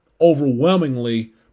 overwhelmingly